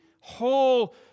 whole